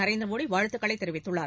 நரேந்திர மோடி வாழ்த்துக்களை தெரிவித்துள்ளார்